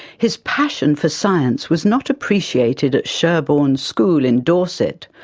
his passion for science was not appreciated at sherborne school in dorset.